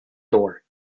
door